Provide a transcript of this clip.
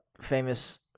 famous